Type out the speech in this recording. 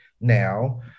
now